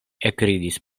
ekridis